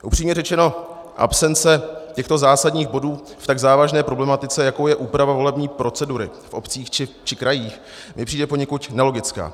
Upřímně řečeno, absence těchto zásadních bodů v tak závažné problematice, jakou je úprava volební procedury v obcích či krajích, mi přijde poněkud nelogická.